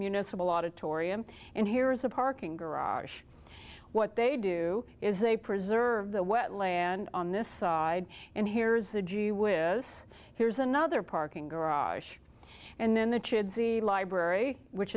municipal auditorium and here is a parking garage what they do is they preserve the wetland on this side and here's a gee whiz here's another parking garage and then the chadsey library which